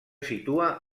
situa